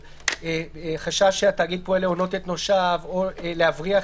של חשש שהתאגיד פועל להונות את נושיו או להבריח